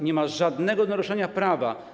Nie ma żadnego naruszania prawa.